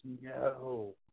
no